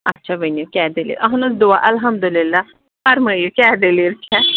اچھا ؤنِو کیٛاہ دٔلیٖل اَہن حظ دعا احمدُاللہ فرمٲیو کیٛاہ دٔلیٖل چھَ